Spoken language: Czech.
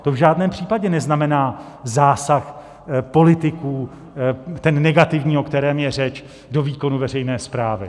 To v žádném případě neznamená zásah politiků, ten negativní, o kterém je řeč, do výkonu veřejné správy.